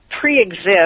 pre-exist